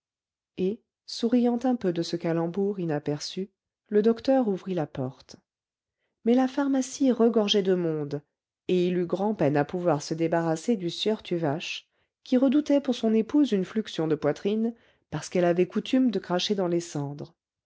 et souriant un peu de ce calembour inaperçu le docteur ouvrit la porte mais la pharmacie regorgeait de monde et il eut grandpeine à pouvoir se débarrasser du sieur tuvache qui redoutait pour son épouse une fluxion de poitrine parce qu'elle avait coutume de cracher dans les cendres